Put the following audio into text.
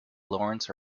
lawrence